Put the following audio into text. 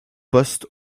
postes